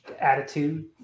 attitude